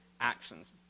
actions